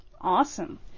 Awesome